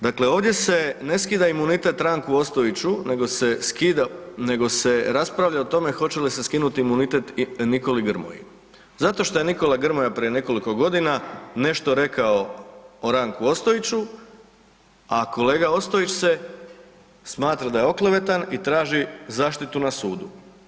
Dakle, ovdje se ne skida imunitet Ranku Ostojiću nego se skida, nego se rasprava o tome hoće li se skinuti imunitet Nikoli Grmoji zato što je Nikola Grmoja prije nekoliko godina nešto rekao o Ranku Ostojiću, a kolega Ostojić se smatra da je oklevetan i traži zaštitu na sudu.